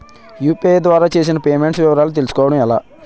UPI ద్వారా చేసిన payments వివరాలు తెలుసుకోవటం ఎలా?